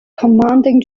commanding